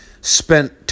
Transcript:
spent